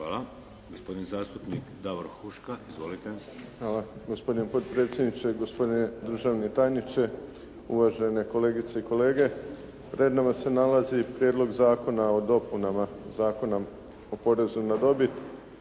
Hvala. Gospodin zastupnik Davor Huška. Izvolite. **Huška, Davor (HDZ)** Hvala, gospodine potpredsjedniče. Gospodine državni tajniče, uvažene kolegice i kolege. Pred nama se nalazi Prijedlog zakona o dopunama Zakona o porezu na dobit,